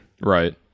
Right